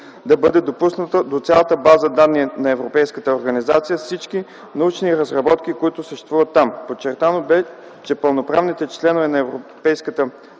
да бъде допусната до цялата база данни на Европейската организация с всичките научни разработки, които съществуват там. Подчертано бе, че пълноправните членове на Европейската организация